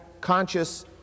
conscious